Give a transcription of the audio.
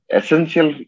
essential